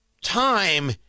time